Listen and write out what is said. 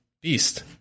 beast